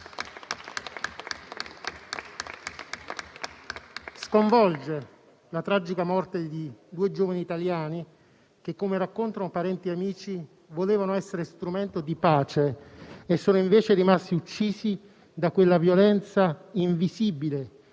Sconvolge la tragica morte di due giovani italiani che, come raccontano parenti e amici, volevano essere strumento di pace e sono invece rimasti uccisi da quella violenza invisibile,